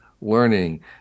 learning